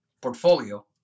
portfolio